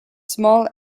small